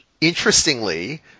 interestingly